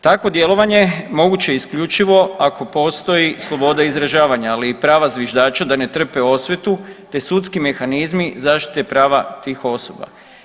Takvo djelovanje moguće je isključivo ako postoji sloboda izražavanja, ali i prava zviždača da ne trpe osvetu, te sudski mehanizmi zaštite prava tih osoba.